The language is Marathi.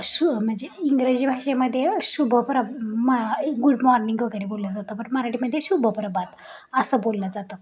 स्व म्हणजे इंग्रजी भाषेमध्ये शुभप्र मा गुड मॉर्निंग वगैरे बोललं जातं बरं मराठीमध्ये शुभप्रभात असं बोललं जातं